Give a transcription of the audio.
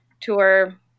tour